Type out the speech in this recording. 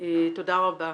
תודה רבה.